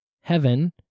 heaven